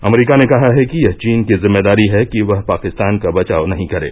अमरीका ने कहा है कि यह चीन की जिम्मेदारी है कि वह पाकिस्तान का बचाव नहीं करे